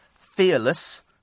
Fearless